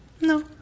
No